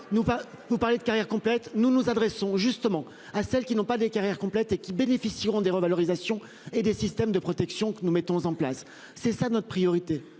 vous parlez de carrière complète. Nous nous adressons justement à celles qui n'ont pas des carrières complètes et qui bénéficieront des revalorisations et des systèmes de protection que nous mettons en place, c'est ça, notre priorité